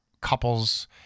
couples